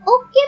okay